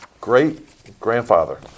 great-grandfather